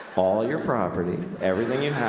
all your property, everything you have,